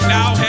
now